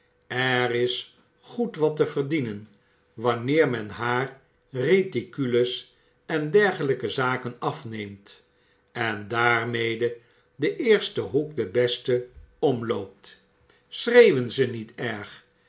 er is goed wat te verdienen wanneer men haar reticules en dergelijke zaken afneemt en daarmede den eersten hoek den besten omloopt schreeuwen ze niet erg